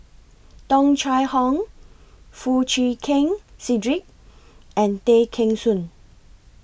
Tung Chye Hong Foo Chee Keng Cedric and Tay Kheng Soon